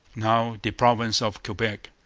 now the province of quebec.